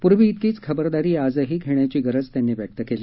पूर्वीत्रेकीच खबरदारी आजही घेण्याची गरज त्यांनी व्यक्त केली